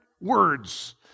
words